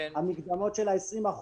המקדמות של 20%,